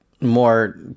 more